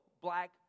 black